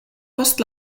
post